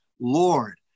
Lord